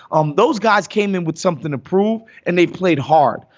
um those guys came in with something to prove and they played hard.